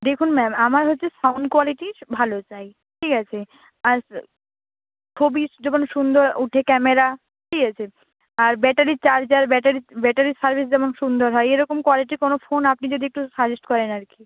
দেখুন ম্যাম আমার হচ্ছে সাউন্ড কোয়ালিটি ভালো চাই ঠিক আছে আর ছবি যেমন সুন্দর ওঠে ক্যামেরা ঠিক আছে আর ব্যাটারির চার্জার ব্যাটারি ব্যাটারির সার্ভিস যেমন সুন্দর হয় এরকম কোয়ালিটির কোনো ফোন আপনি যদি একটু সাজেস্ট করেন আর কি